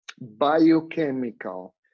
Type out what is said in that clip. biochemical